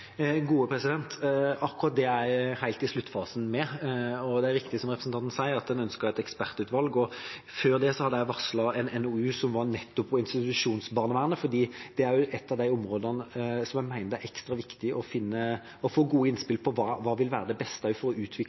er riktig som representanten sier, at en ønsket et ekspertutvalg. Før det hadde jeg varslet en NOU om nettopp institusjonsbarnevernet, for det er ett av de områdene der jeg mener det er ekstra viktig å få gode innspill om hva som vil være det beste for å utvikle